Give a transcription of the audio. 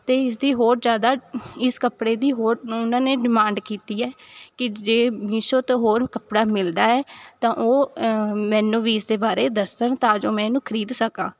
ਅਤੇ ਇਸਦੀ ਹੋਰ ਜ਼ਿਆਦਾ ਇਸ ਕੱਪੜੇ ਦੀ ਹੋਰਨਾਂ ਨੇ ਡਿਮਾਂਡ ਕੀਤੀ ਹੈ ਕਿ ਜੇ ਮੀਸ਼ੋ ਤੋਂ ਹੋਰ ਕੱਪੜਾ ਮਿਲਦਾ ਹੈ ਤਾਂ ਉਹ ਮੈਨੂੰ ਵੀ ਇਸ ਦੇ ਬਾਰੇ ਦੱਸਣ ਤਾਂ ਜੋ ਮੈਂ ਇਹਨੂੰ ਖਰੀਦ ਸਕਾਂ